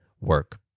work